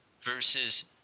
versus